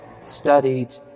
studied